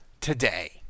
today